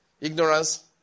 Ignorance